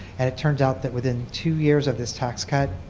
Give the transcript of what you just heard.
and it turns out that within two years of his tax cut,